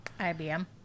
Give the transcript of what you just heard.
IBM